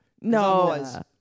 No